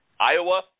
Iowa